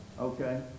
Okay